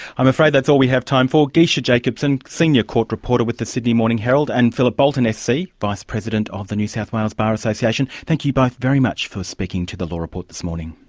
i'm afraid that's all we have time for, geesche jacobsen, senior court reporter with the sydney morning herald and philip boulton sc, vice president of the new south wales bar association. thank you both very much for speaking to the law report this morning.